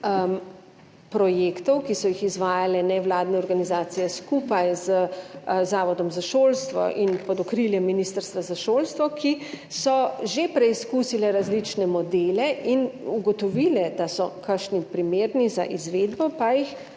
projektov, ki so jih izvajale nevladne organizacije skupaj z Zavodom za šolstvo in pod okriljem ministrstva za šolstvo, ki so že preizkusile različne modele in ugotovile, da so kakšni primerni za izvedbo, pa jih